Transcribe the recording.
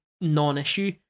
non-issue